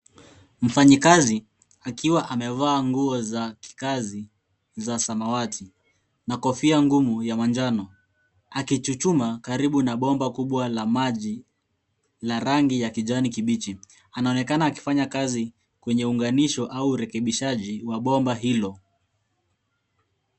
Mfanyikazi akiwa amevaa nguo za kikazi za samawati na kofia ngumu ya manjano akichuchumaa karibu na bomba kubwa la maji la rangi ya kijani kibichi, anaonekana akifanya kazi kwenye unganisho au urekebishaji wa bomba hilo.